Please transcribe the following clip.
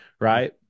right